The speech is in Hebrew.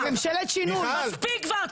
מספיק כבר.